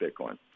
bitcoin